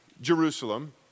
Jerusalem